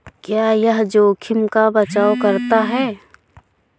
क्या यह जोखिम का बचाओ करता है?